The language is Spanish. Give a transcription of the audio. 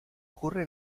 ocurre